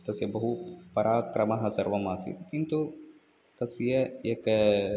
तस्य बहु पराक्रमः सर्वम् आसीत् किन्तु तस्य एक